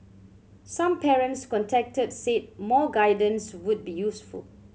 some parents contacted said more guidance would be useful